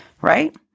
right